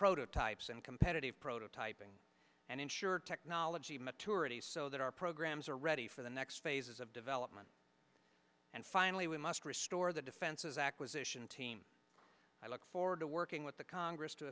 prototypes and competitive prototyping and ensure technology maturity so that our programs are ready for the next phases of development and finally we must restore the defenses acquisition team i look forward to working with the congress to